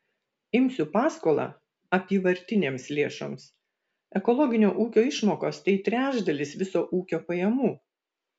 imsiu paskolą apyvartinėms lėšoms ekologinio ūkio išmokos tai trečdalis viso ūkio pajamų